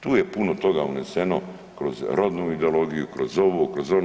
Tu je puno toga uneseno kroz rodnu ideologiju, kroz ovo, kroz ono.